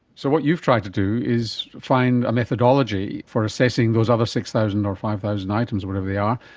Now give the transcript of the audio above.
so what you've tried to do is find a methodology for assessing those other six thousand or five thousand items, whatever they are,